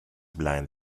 blind